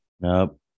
Nope